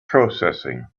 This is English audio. processing